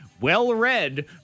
well-read